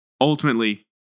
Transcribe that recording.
Ultimately